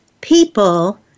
people